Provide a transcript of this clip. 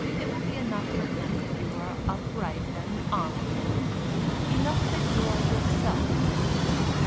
it will be enough for him that you are upright and honourable enough that you are yourself, sigismund.